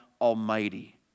Almighty